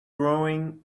growing